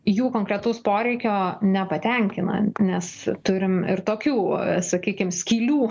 jų konkretaus poreikio nepatenkina nes turim ir tokių sakykim skylių